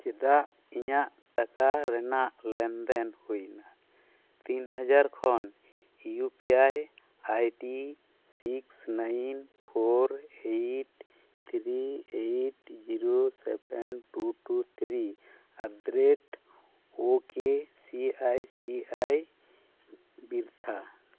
ᱪᱮᱫᱟᱜ ᱤᱧᱟᱹᱜ ᱴᱟᱠᱟ ᱨᱮᱱᱟᱜ ᱞᱮᱱᱫᱮᱱ ᱦᱩᱭᱮᱱᱟ ᱛᱤᱱᱦᱟᱡᱟᱨ ᱠᱷᱚᱱ ᱤᱭᱩ ᱯᱤ ᱟᱭ ᱟᱭᱰᱤ ᱥᱤᱥ nine four eight three eight zero seven two two three at the rate O K C I C I ᱵᱤᱨᱛᱷᱟ